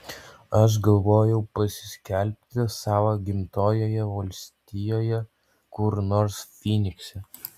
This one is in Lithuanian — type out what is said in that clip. aš galvojau pasiskelbti savo gimtojoje valstijoje kur nors fynikse